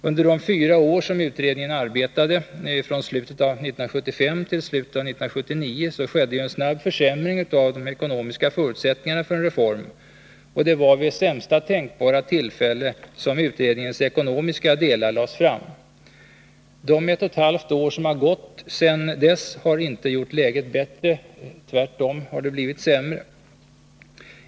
Under de fyra år utredningen arbetade — från slutet av 1975 till slutet av 1979 — skedde en snabb försämring av de ekonomiska förutsättningarna för en reform, och det var vid sämsta tänkbara tillfälle som utredningens ekonomiska delar lades fram. Den tid på ett och ett halvt år som gått sedan dess har inte gjort läget bättre — tvärtom har det blivit sämre.